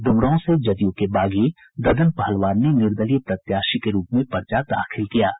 ड्रमरांव से जदयू के बागी ददन पहलवान ने निर्दलीय प्रत्याशी के रूप में पर्चा दाखिल किया है